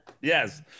Yes